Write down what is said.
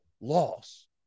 loss